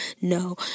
No